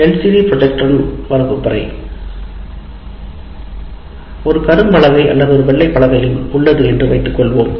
LCD ப்ரொஜெக்டருடன் வகுப்பறை ஒரு கரும்பலகை அல்லது ஒரு வெள்ளை பலகை உள்ளது என்று வைத்துக்கொள்வோம்